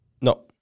No